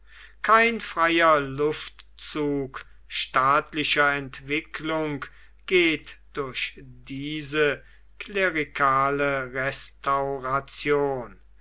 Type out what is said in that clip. kein freier luftzug staatlicher entwicklung geht durch diese klerikale restauration